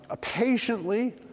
patiently